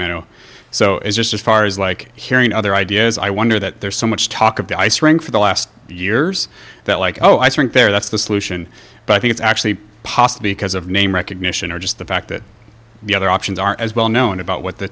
q so it's just as far as like hearing other ideas i wonder that there's so much talk of the ice rink for the last years that like oh i think there that's the solution but i think it's actually possible because of name recognition or just the fact that the other options aren't as well known about what the